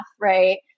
right